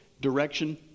direction